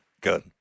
good